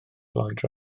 lloyd